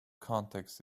context